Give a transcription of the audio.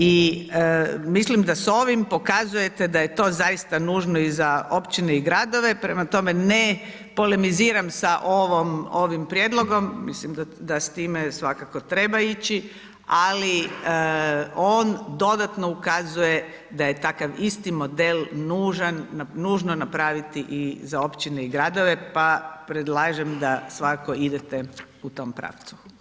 I mislim da s ovim pokazujete da je to zaista nužno i za općine i gradove, prema tome ne polemiziram sa ovim prijedlogom, mislim da s time svakako treba ići, ali on dodatno ukazuje da je takav isti model nužno napraviti i za općine i gradove, pa predlažem da svakako idete u tom pravcu.